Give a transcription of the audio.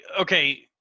okay